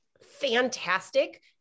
fantastic